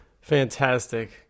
Fantastic